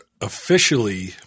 officially